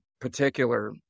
particular